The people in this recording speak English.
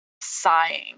sighing